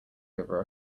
over